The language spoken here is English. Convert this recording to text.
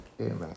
Amen